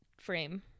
frame